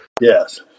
Yes